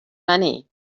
money